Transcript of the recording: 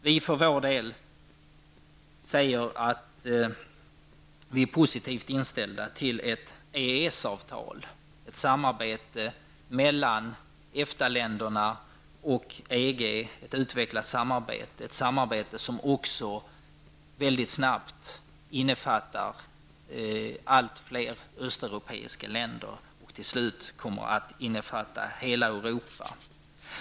Vi för vår del säger att vi är positivt inställda till ett EES-avtal, till att utveckla ett samarbete mellan EFTA-länderna och EG, ett samarbete som också väldigt snabbt innefattar allt fler östeuropeiska länder och till slut kommer att innefatta hela Europa.